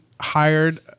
hired